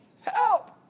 help